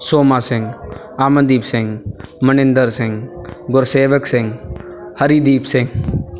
Soma Singh Amandeep Singh Maninder Singh Gursewak Singh Harideep Singh